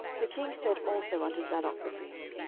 the king said also unto zadok the priest,